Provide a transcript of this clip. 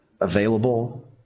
available